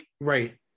Right